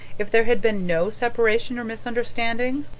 if there had been no separation or misunderstanding.